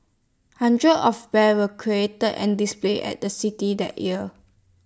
hundreds of bears were created and displayed at the city that year